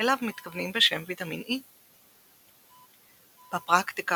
אליו מתכוונים בשם ויטמין E. בפרקטיקה